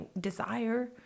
desire